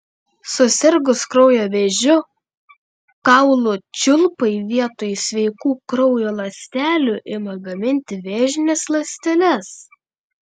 susirgus kraujo vėžiu kaulų čiulpai vietoj sveikų kraujo ląstelių ima gaminti vėžines ląsteles